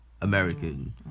American